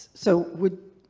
so would.